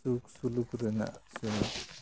ᱥᱩᱠ ᱥᱩᱞᱩᱠ ᱨᱮᱱᱟᱜ ᱥᱮ